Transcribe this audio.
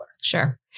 Sure